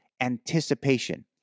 anticipation